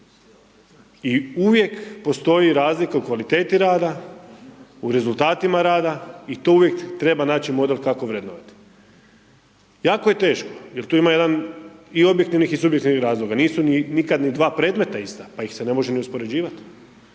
I uvijek postoji razlika u kvaliteti rada, u rezultatima rada i tu uvijek treba naći model kako vrednovati. Jako je teško, jer tu ima jedan i objektivnih i subjektivnih razloga. Nisu nikad ni dva predmeta ista, pa ih se ne može ni uspoređivati,